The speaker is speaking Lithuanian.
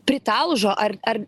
pritalžo ar ar